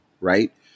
Right